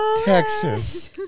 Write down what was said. Texas